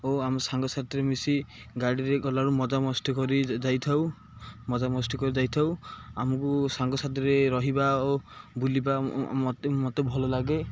ଓ ଆମ ସାଙ୍ଗସାଥିରେ ମିଶି ଗାଡ଼ିରେ ଗଲାବେଳକୁ ମଜାମସ୍ତି କରି ଯାଇଥାଉ ମଜାମସ୍ତି କରି ଯାଇଥାଉ ଆମକୁ ସାଙ୍ଗସାଥିରେ ରହିବା ଓ ବୁଲିବା ମୋତେ ମୋତେ ଭଲ ଲାଗେ